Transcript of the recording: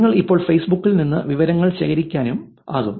നിങ്ങൾക്ക് ഇപ്പോൾ ഫേസ്ബുക്കിൽ നിന്ന് വിവരങ്ങൾ ശേഖരിക്കാനാകും